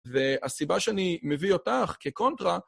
והסיבה שאני מביא אותך כקונטרה